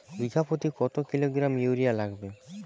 বিঘাপ্রতি কত kilogram urea লাগবে?